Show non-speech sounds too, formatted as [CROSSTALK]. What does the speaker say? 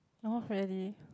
[NOISE] really